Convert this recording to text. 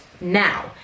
now